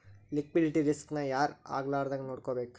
Liquidity risk ನ ಯಾರ್ ಆಗ್ಲಾರ್ದಂಗ್ ನೊಡ್ಕೊಬೇಕು?